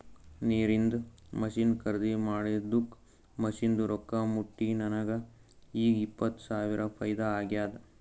ನೀರಿಂದ್ ಮಷಿನ್ ಖರ್ದಿ ಮಾಡಿದ್ದುಕ್ ಮಷಿನ್ದು ರೊಕ್ಕಾ ಮುಟ್ಟಿ ನನಗ ಈಗ್ ಇಪ್ಪತ್ ಸಾವಿರ ಫೈದಾ ಆಗ್ಯಾದ್